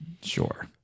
Sure